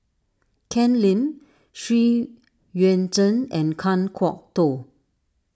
Ken Lim Xu Yuan Zhen and Kan Kwok Toh